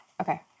Okay